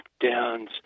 lockdowns